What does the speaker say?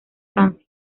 francia